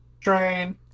Train